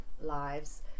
lives